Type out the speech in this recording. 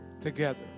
together